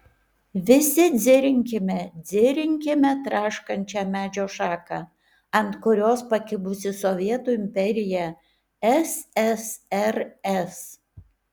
visi dzirinkime dzirinkime traškančią medžio šaką ant kurios pakibusi sovietų imperija ssrs